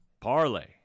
Parlay